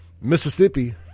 Mississippi